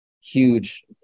huge